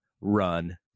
Run